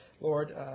Lord